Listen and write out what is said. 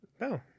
No